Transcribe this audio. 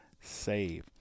save